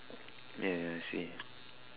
ya I see